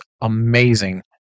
amazing